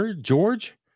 George